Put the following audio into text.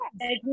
Yes